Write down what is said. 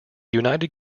united